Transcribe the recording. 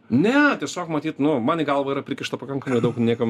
ne tiesiog matyt nu man į galva yra prikišta pakankamai daug niekam